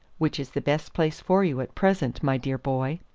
which is the best place for you at present, my dear boy.